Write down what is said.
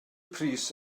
pris